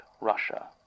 Russia